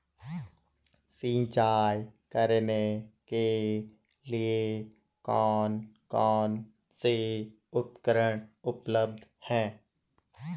सिंचाई करने के लिए कौन कौन से उपकरण उपलब्ध हैं?